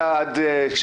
בוועדה הרלוונטית,